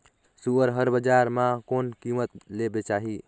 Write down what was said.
सुअर हर बजार मां कोन कीमत ले बेचाही?